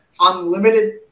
unlimited